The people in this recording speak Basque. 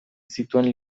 zituen